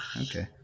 Okay